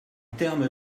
termes